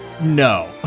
no